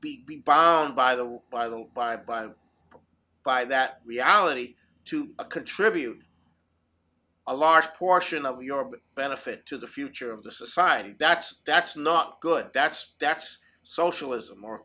should be by the by the bye bye bye that reality to contribute a large portion of your benefit to the future of the society that's that's not good that's that's socialism or